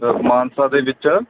ਮਾਨਸਾ ਦੇ ਵਿੱਚ